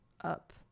up